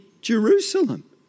Jerusalem